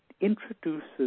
introduces